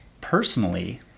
personally